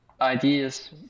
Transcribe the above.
ideas